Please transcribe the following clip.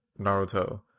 Naruto